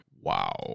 wow